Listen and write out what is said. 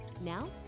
Now